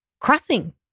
crossing